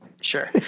Sure